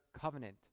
covenant